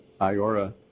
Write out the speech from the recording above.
Iora